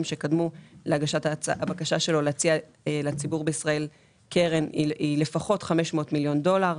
שקדמו להגשת הבקשה שלו להציע לציבור בישראל הוא לפחות 500 מיליון דולר,